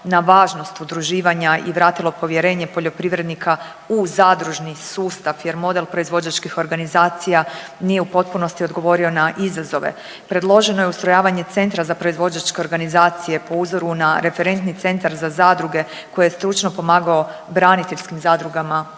na važnost udruživanja i vratilo povjerenje poljoprivrednika u zadružni sustav jer model proizvođačkih organizacija nije u potpunosti odgovorio na izazove. Predloženo je ustrojavanje centra za proizvođačke organizacije po uzoru na referentni centar za zadruge koje je stručno pomagalo braniteljskim zadrugama u